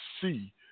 see